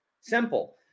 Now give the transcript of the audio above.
Simple